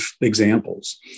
examples